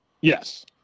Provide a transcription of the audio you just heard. yes